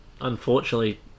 Unfortunately